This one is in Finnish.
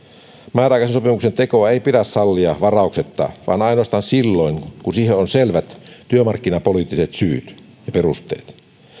määräaikaisen sopimuksen tekoa ei pidä sallia varauksetta vaan ainoastaan silloin kun siihen on selvät työmarkkinapoliittiset syyt ja perusteet